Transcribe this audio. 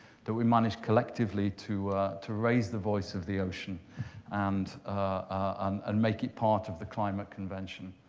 that we managed collectively to to raise the voice of the ocean and um and make it part of the climate convention.